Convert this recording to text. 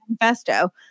manifesto